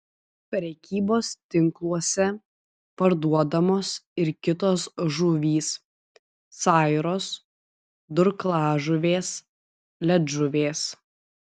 prekybos tinkluose parduodamos ir kitos žuvys sairos durklažuvės ledžuvės